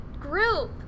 group